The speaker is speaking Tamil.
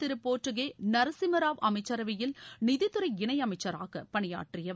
திரு போட்டுகே நரசிம்மராவ் அமைச்சரவையில் நிதித்துறை இணையமைச்சராக பணியாற்றியவர்